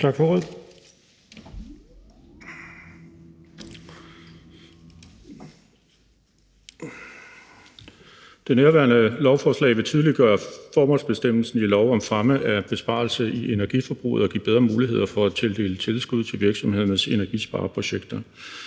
Tak for ordet. Det nærværende lovforslag vil tydeliggøre formålsbestemmelsen i lov om fremme af besparelse i energiforbruget og give bedre muligheder for at tildele tilskud til virksomhedernes energispareprojekter.